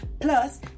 plus